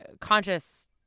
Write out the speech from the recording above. conscious